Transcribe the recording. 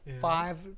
five